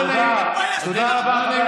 תתבייש לך.